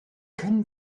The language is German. können